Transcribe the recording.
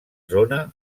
zona